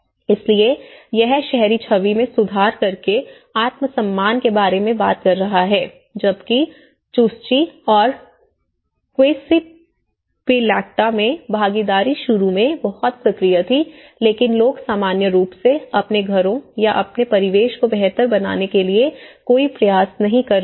इसलिए यह शहरी छवि में सुधार करके आत्मसम्मान के बारे में बात कर रहा है जबकि चुसची और क्विस्पिलैक्टा में भागीदारी शुरू में बहुत सक्रिय थी लेकिन लोग सामान्य रूप से अपने घरों या अपने परिवेश को बेहतर बनाने के लिए कोई प्रयास नहीं कर रहे हैं